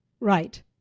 right